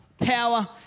power